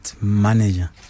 manager